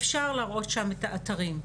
אפשר להראות שם את האתרים,